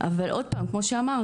אבל עוד פעם כמו שאמרתי,